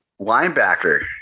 Linebacker